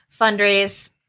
fundraise